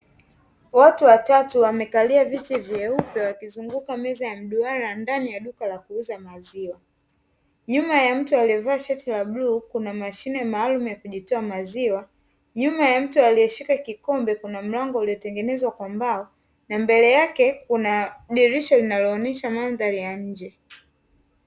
Watu watatu wamekalia viti vyeupe wakizunguka meza ya mduara ndani ya duka la kuuzia maziwa, nyuma ya mtu aliyevaa shati la bluu kuna mashine maalumu ya kujitoa maziwa, nyuma ya mtu aliyeshika kikombe kuna mlango uliotengenezwa kwa mbao na mbele yake kuna dirisha linaloonesha mandhari ya nje.